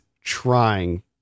trying